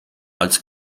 als